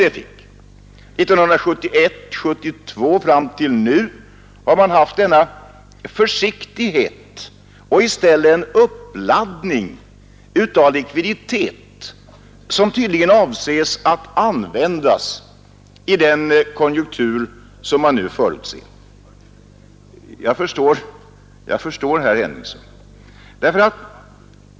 År 1971 och 1972 och fram till nu har man inom näringslivet varit mycket försiktig i detta avseende och i stället gjort en uppladdning av likviditet, som tydligen är avsedd att användas i den konjunktur man nu förutser. Jag förstår herr Henningsson.